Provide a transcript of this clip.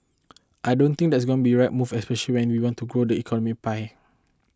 I don't think that's going to be right move especial when we want to grow the economic pie